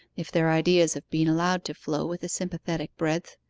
if their ideas have been allowed to flow with a sympathetic breadth.